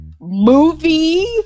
movie